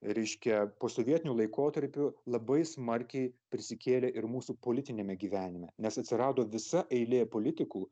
reiškia posovietiniu laikotarpiu labai smarkiai prisikėlė ir mūsų politiniame gyvenime nes atsirado visa eilė politikų